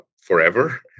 forever